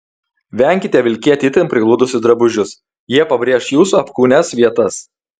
venkite vilkėti itin prigludusius drabužius jie pabrėš jūsų apkūnias vietas